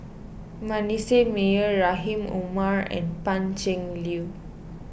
Manasseh Meyer Rahim Omar and Pan Cheng Lui